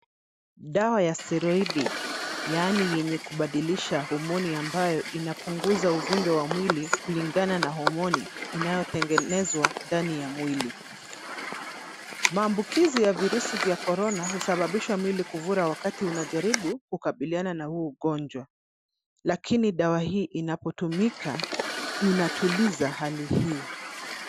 Dawa ya seroidi yaani yenye kubadilisha homoni ambayo inapunguza uvimbe wa mwili kulingana na homoni inayotengenezwa ndani ya mwili, maambukizi ya virusi vya corona husababisha mwili kufura wakati unajaribu kukabiliana na huu ugonjwa lakini dawa hii inapotumika inatuliza hali hii.